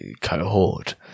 cohort